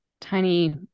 tiny